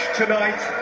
tonight